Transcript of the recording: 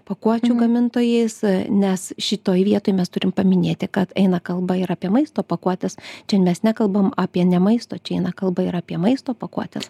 pakuočių gamintojais nes šitoj vietoj mes turime paminėti kad eina kalba ir apie maisto pakuotes čia mes nekalbam apie ne maisto čia eina kalba ir apie maisto pakuotes